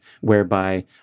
whereby